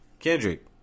Kendrick